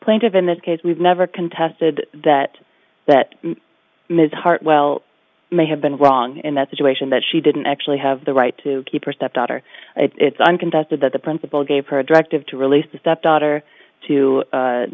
plaintiff in this case we've never contested that that ms hartwell may have been wrong in that situation that she didn't actually have the right to keep her stepdaughter it's uncontested that the principal gave her a directive to release the stepdaughter to